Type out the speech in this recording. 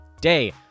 day